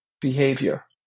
behavior